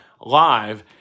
live